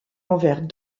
envers